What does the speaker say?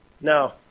no